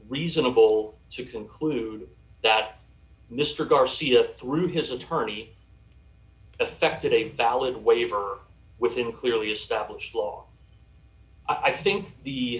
reasonable to conclude that mr garcia through his attorney affected a valid waiver within a clearly established law i think the